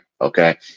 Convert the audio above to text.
okay